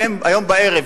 הערב,